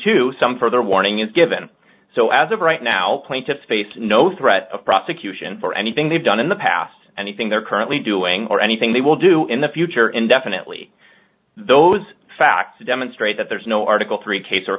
two some further warning is given so as of right now plaintiffs face no threat of prosecution for anything they've done in the past anything they're currently doing or anything they will do in the future indefinitely those facts demonstrate that there is no article three case or